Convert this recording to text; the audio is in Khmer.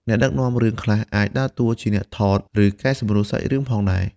អ្នកដឹកនាំរឿងខ្លះអាចដើរតួជាអ្នកថត ឬកែសម្រួលសាច់រឿងផងដែរ។